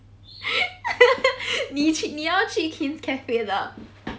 你去你要去 kin's cafe 的